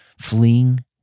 fleeing